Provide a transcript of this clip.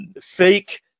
fake